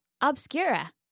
Obscura